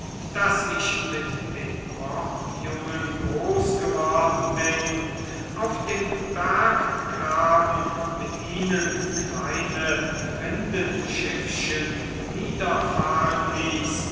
daß ich mit den pochjungen groß geworden bin auf dem berggraben mit ihnen kleine rindenschiffchen niederfahren ließ